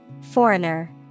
Foreigner